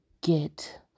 get